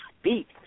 speak